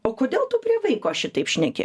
o kodėl tu prie vaiko šitaip šneki